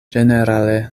ĝenerale